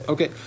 Okay